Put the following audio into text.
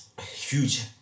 huge